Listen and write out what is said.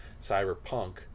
Cyberpunk